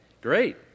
great